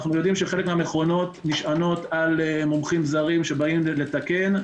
יודעים שחלק מהמכונות נשענות על מומחים זרים שבאים לתקן.